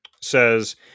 says